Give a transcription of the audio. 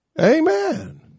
Amen